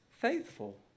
faithful